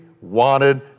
wanted